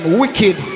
wicked